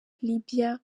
libya